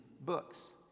books